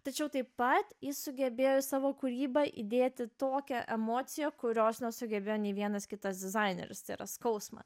tačiau taip pat jis sugebėjo savo kūryba įdėti tokią emociją kurios nesugebėjo nei vienas kitas dizaineris yra skausmą